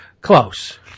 Close